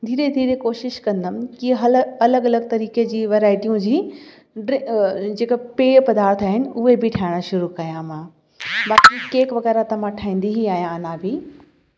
धीरे धीरे कोशिश कंदमि कि हल अलॻि अलॻि तरीक़े जी वैरायटियूं जी ब्री जेका प्रिय पदार्थ आहिनि उहे बि ठाहिणु शुरू कया मां बाक़ी केक वग़ैरह त मां ठाहींदी ई आहियां अञा बि